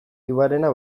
ivanena